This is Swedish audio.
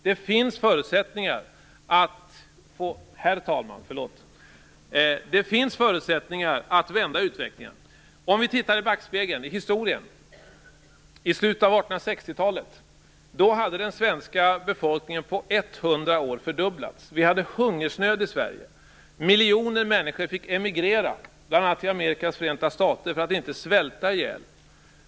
Det finns förutsättningar att vända utvecklingen. Låt oss titta i backspegeln, i historien. I slutet av 1860-talet hade den svenska befolkningen på 100 år fördubblats. Vi hade hungersnöd i Sverige. Miljoner människor fick emigrera, bl.a. till Amerikas Förenta stater, för att inte svälta ihjäl.